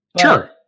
Sure